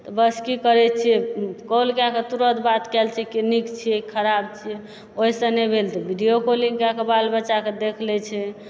तऽ बस की करै छिऐ कॉल कए कऽ तुरत बात कए लए छिऐ की नीक छिऐ की खराब छिऐ ओहिसँ नहि भेल तऽ विडियो कॉलिङ्ग कए कऽ बाल बच्चाके देख लै छी